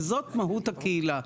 וזאת מהות הקהילה.